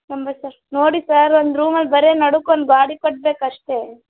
ಎಂಬತ್ತು ಸಾವಿರ ನೋಡಿ ಸರ್ ಒಂದು ರೂಮಲ್ಲಿ ಬರೀ ನಡುಕ್ಕೆ ಒಂದು ಗ್ವಾಡೆ ಕಟ್ಬೇಕು ಅಷ್ಟೇ